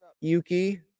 Yuki